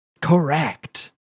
correct